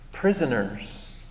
Prisoners